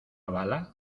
bala